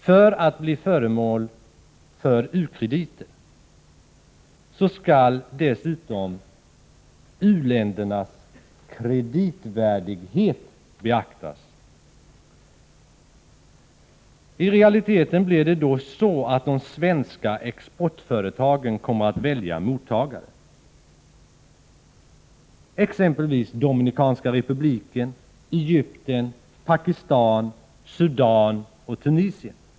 För att bli föremål för u-krediter skall dessutom u-ländernas kreditvärdighet beaktas. Det blir i realiteten de svenska exportföretagen som väljer mottagare, exempelvis Dominikanska republiken, Egypten, Pakistan, Sudan och Tunisien.